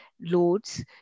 loads